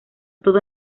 todo